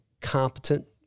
competent